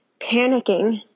panicking